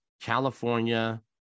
California